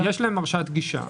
יש להם הרשאת גישה.